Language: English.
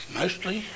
mostly